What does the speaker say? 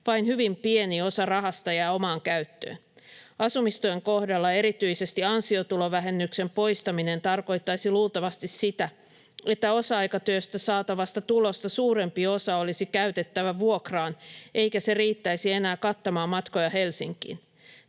vain hyvin pieni osa rahasta jää omaan käyttöön. Asumistuen kohdalla erityisesti ansiotulovähennyksen poistaminen tarkoittaisi luultavasti sitä, että osa-aikatyöstä saatavasta tulosta suurempi osa olisi käytettävä vuokraan eikä se riittäisi enää kattamaan matkoja Helsinkiin.